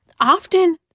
often